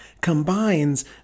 combines